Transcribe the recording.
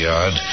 Yard